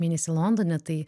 mėnesį londone tai